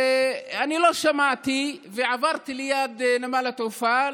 ואני לא שמעתי, ועברתי ליד נמל התעופה.